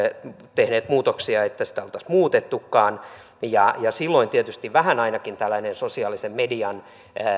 tehneet ehdotuksia että siltä oltaisiin muutettukaan silloin tietysti tällainen sosiaalisen median